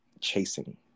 chasing